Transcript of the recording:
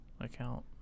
account